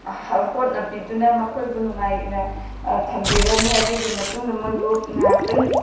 ꯍꯣꯠꯅꯕꯤꯗꯨꯅ ꯃꯈꯣꯏꯕꯨ ꯅꯨꯡꯉꯥꯏꯅ ꯊꯝꯕꯤꯔꯅꯤ ꯑꯗꯨꯒꯤ ꯃꯇꯨꯡꯗ ꯃꯣꯏꯕꯨ ꯉꯥꯏꯍꯥꯛꯇꯪ